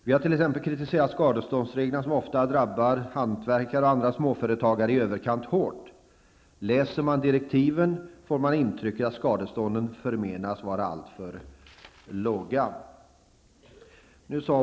Vi har t.ex. kritiserat skadeståndsreglerna, som ofta drabbat hantverkare och andra småföretagare i överkant hårt. Läser man direktiven får man intrycket att skadestånden förmenas vara alltför låga!